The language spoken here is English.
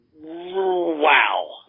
Wow